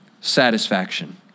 satisfaction